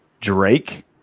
Drake